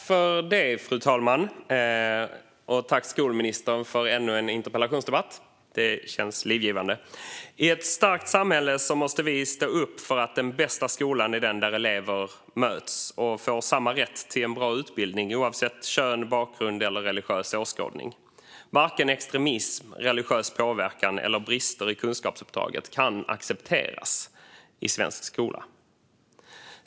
Fru talman! Tack, skolministern, för ännu en interpellationsdebatt! Det känns livgivande. I ett starkt samhälle måste vi stå upp för att den bästa skolan är den där elever möts och får samma rätt till en bra utbildning oavsett kön, bakgrund och religiös åskådning. Varken extremism, religiös påverkan eller brister i kunskapsinhämtningen kan accepteras i svensk skola.